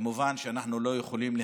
למה הציבור כאילו רוצה לצאת